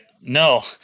No